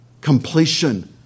completion